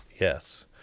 yes